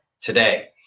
today